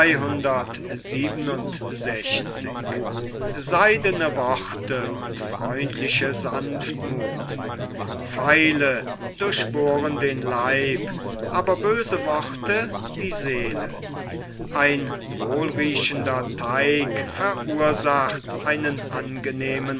pfeile durchbohren den leib aber böse worte die seele ein wohlriechender teig verursacht einen angenehmen